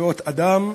לזכויות אדם,